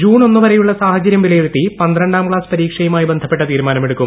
June ഒന്നുവരെയുള്ള സാഹചര്യം വിലയിരുത്തി പന്ത്രണ്ടാംക്സാസ് പരീക്ഷയുമായി ബന്ധപ്പെട്ട തീരുമാനം എടുക്കും